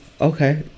okay